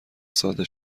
ساده